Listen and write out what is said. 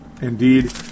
Indeed